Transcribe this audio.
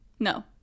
No